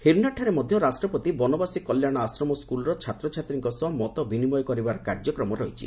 ହିରନାର ଠାରେ ରାଷ୍ଟ୍ରପତି ମଧ୍ୟ ବନବାସୀ କଲ୍ୟାଣ ଆଶ୍ରମ ସ୍କୁଲ୍ର ଛାତ୍ରଛାତ୍ରୀଙ୍କ ସହ ମତ ବିନିମୟ କରିବାର କାର୍ଯ୍ୟକ୍ରମ ରହିଛି